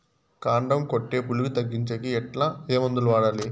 కాండం కొట్టే పులుగు తగ్గించేకి ఎట్లా? ఏ మందులు వాడాలి?